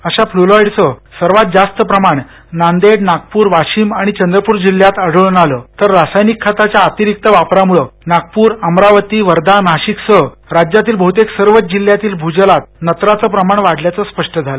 अशा फ्लुरॉईडचं सर्वात जास्त प्रमाण नांदेड नागपूर वाशीम आणि चंद्रपूर जिल्ह्यात आढळून आलं तर रासायनिक खतांच्या अतिरिक्त वापरामुळं नागपूर अमरावती वर्धा नाशिकसह बहतेक सर्वच जिल्ह्यातील भूजलात नत्राचं प्रमाण वाढल्याचं स्पष्ट झालं